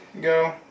go